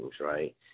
right